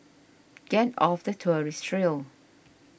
get off the tourist trail